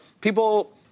People